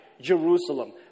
Jerusalem